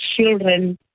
children